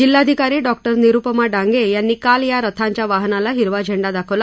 जिल्ह्याधिकारी doctor Nirupama Dange यांनी काल या रथांच्या वाहनाला हिरवा झेंडा दाखवला